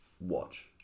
watch